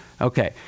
Okay